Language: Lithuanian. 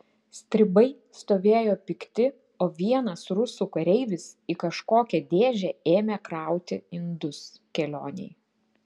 stribai stovėjo pikti o vienas rusų kareivis į kažkokią dėžę ėmė krauti indus kelionei